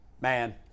man